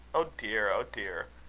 oh, dear! oh, dear!